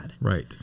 Right